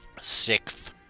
sixth